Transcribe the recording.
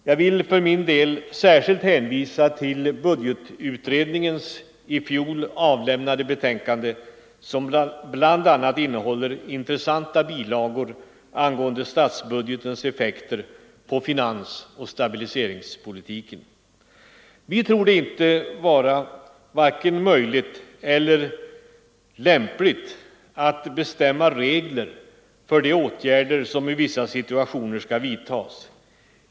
Jag vill för min del särskilt hänvisa till budgetutredningens i fjol avlämnade betänkande som bl.a. innehåller intressanta bilagor om statsbudgetens effekter på finansoch stabiliseringspolitiken. Vi tror att det varken är möjligt eller lämpligt att bestämma regler Nr 125 för de åtgärder som i vissa situationer skall vidtagas.